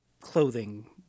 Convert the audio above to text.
clothing